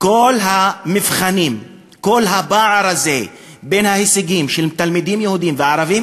כל המבחנים וכל הפער הזה בין ההישגים של תלמידים יהודים וערבים